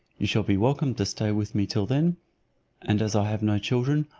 you shall be welcome to stay with me till then and as i have no children,